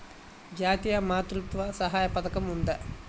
జాతీయ మాతృత్వ సహాయ పథకం ఉందా?